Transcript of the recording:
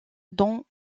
dans